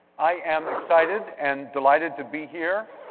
i am excited and delighted to be here.